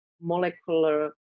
molecular